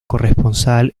corresponsal